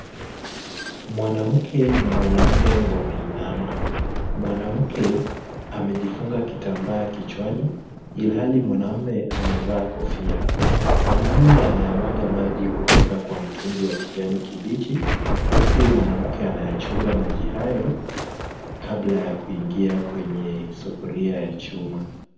Mwanamke na mwanamume wameinama. Mwanamke amejifunga kitambaa kichwani ilhali mwanamume amevaa kofia. Mwanamume anayamwaga maji kutoka kwa mtungi wa kijani kibichi, huku mwanamke anayachunga maji hayo kabla ya kuingia kwenye sufuria ya chuma.